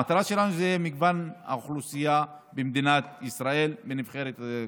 המטרה שלנו היא מגוון האוכלוסייה במדינת ישראל בנבחרת הדירקטורים.